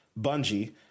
bungie